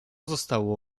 zostało